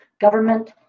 government